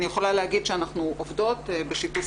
אני יכולה להגיד שאנחנו עובדות בשיתוף